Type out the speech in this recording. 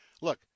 Look